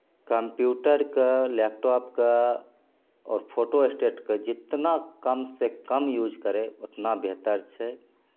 कम्प्यूटरके लैपटॉपके आओर फोटोस्टेटके जतना कमसे कम यूज करै ओतना बेहतर छै